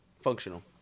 Functional